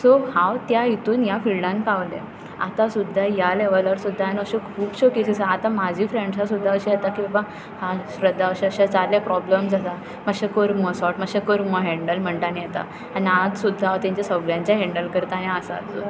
so हांव त्या हातून ह्या फिल्डांत पावलें आतां सुद्दां ह्या लेवलार सुद्दां हांवें अश्यो खुबशो केसीस आतां म्हजी फ्रेंड्सां सुद्दां अशीं येतात बाबा श्रद्धा अशें अशें जालें प्रोबलम्स आसा मात्शें कर मुगो सॉर्ट मात्शें कर मुगो हॅण्डल म्हणटा आनी येता आनी आज सुद्दां हांव तेंचें सगळ्यांचें हॅण्डल करत आसा